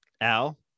Al